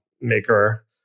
maker